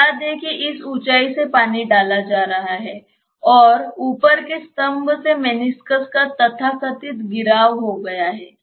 बता दें कि इस ऊंचाई से पानी डाला जा रहा है और ऊपर के स्तर से मेनिस्कस का तथाकथित गिराव हो गया है